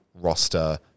roster